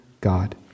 God